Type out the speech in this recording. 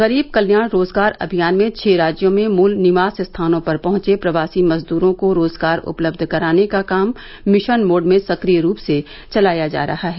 गरीब कल्याण रोजगार अभियान में छह राज्यों में मूल निवास स्थानों पर पहुंचे प्रवासी मजदूरों को रोजगार उपलब्ध कराने का काम मिशन मोड में सक्रिय रूप से चलाया जा रहा है